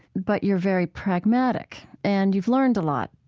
but you're very pragmatic and you've learned a lot.